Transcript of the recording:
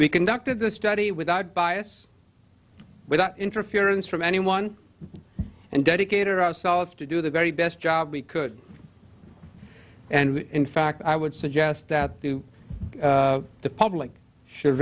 we conducted a study without bias without interference from anyone and dedicated ourselves to do the very best job we could and in fact i would suggest that to the public should